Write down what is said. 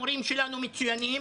המורים שלנו מצוינים.